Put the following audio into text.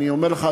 אני אומר לך,